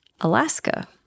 Alaska